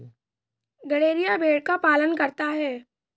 गड़ेरिया भेड़ का पालन करता है